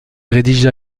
rédigea